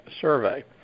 survey